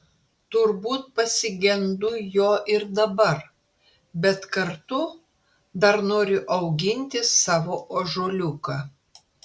turbūt pasigendu jo ir dabar bet kartu dar noriu auginti savo ąžuoliuką